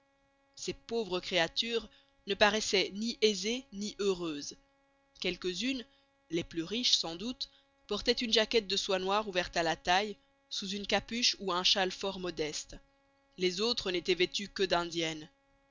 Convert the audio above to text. ces pauvres créatures ne paraissaient ni aisées ni heureuses quelques-unes les plus riches sans doute portaient une jaquette de soie noire ouverte à la taille sous une capuche ou un châle fort modeste les autres n'étaient vêtues que d'indienne